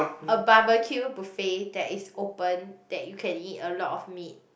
a barbecue buffet that is open that you can eat a lot of meat